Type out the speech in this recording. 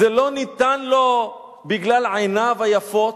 זה לא ניתן לו בגלל עיניו היפות,